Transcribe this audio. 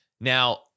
Now